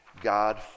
God